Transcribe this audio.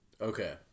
okay